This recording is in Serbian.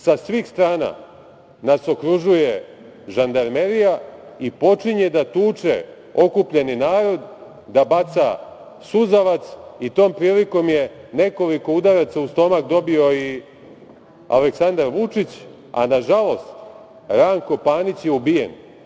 Sa svih strana nas okružuje žandarmerija i počinje da tuče okupljeni narod, da baca suzavac i tom prilikom je nekoliko udaraca u stomak dobio i Aleksandar Vučić, a nažalost, Ranko Panić je ubije.